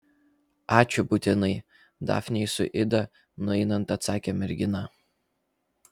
ačiū būtinai dafnei su ida nueinant atsakė mergina